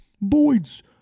Boyd's